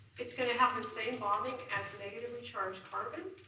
it's gonna have the same bonding as negatively charged carbon,